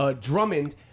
Drummond